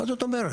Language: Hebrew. מה זאת אומרת?